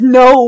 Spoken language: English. no